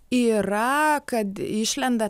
yra kad išlenda